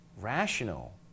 rational